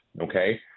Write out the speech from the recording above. Okay